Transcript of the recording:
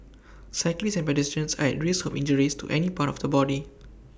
cyclists and pedestrians are at risk of injuries to any part of the body